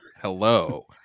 Hello